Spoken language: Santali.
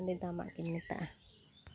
ᱵᱮᱼᱫᱟᱢᱟᱜ ᱜᱮᱧ ᱢᱮᱛᱟᱜᱼᱟ